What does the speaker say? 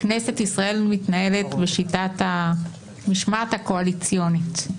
כנסת ישראל מתנהלת בשיטת המשמעת הקואליציונית.